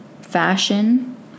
fashion